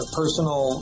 personal